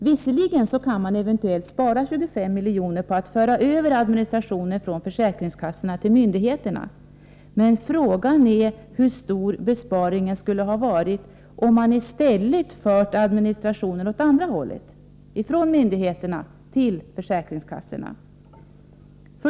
Visserligen kan man eventuellt spara 25 milj.kr. på att föra över administrationen från försäkringskassorna till myndigheterna, men frågan är hur stor besparingen skulle ha varit om man i stället fört administrationen åt andra hållet, från myndigheterna till försäkringskassorna.